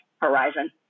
horizon